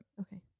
Okay